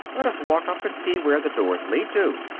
let us walk up, and see where the doors lead to.